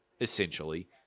essentially